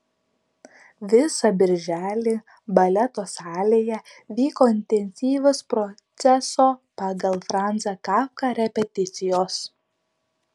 visą birželį baleto salėje vyko intensyvios proceso pagal franzą kafką repeticijos